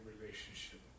relationship